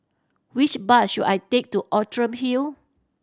which bus should I take to Outram Hill